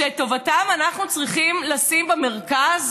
שאת טובתם אנחנו צריכים לשים במרכז?